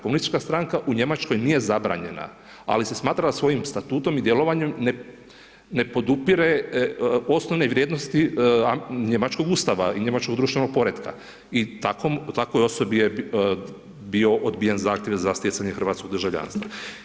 Komunistička stranka u Njemačkoj nije zabranjena, ali se je smatrala svojim statutom i djelovanjem, ne podupire osnovne vrijednosti njemačkog Ustava i njemačkog društvenog poretka i takvoj osobi je bio odbijen zahtjev za stjecanje hrvatskog državljanstva.